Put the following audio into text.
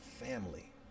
family